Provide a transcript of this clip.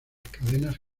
cadenas